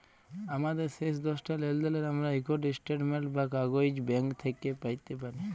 আমাদের শেষ দশটা লেলদেলের আমরা ইকট ইস্ট্যাটমেল্ট বা কাগইজ ব্যাংক থ্যাইকে প্যাইতে পারি